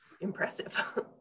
Impressive